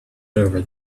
over